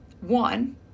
One